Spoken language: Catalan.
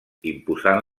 imposant